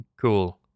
Cool